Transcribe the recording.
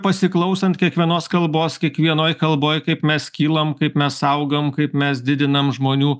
pasiklausant kiekvienos kalbos kiekvienoj kalboj kaip mes kylam kaip mes augam kaip mes didinam žmonių